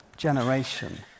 generation